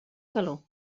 calor